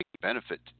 benefit